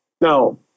Now